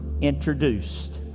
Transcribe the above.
introduced